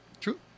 True